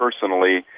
personally